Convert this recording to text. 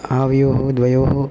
आवयोः द्वयोः